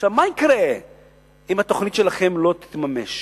מה יקרה אם התוכנית שלכם לא תתממש?